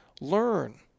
Learn